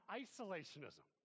isolationism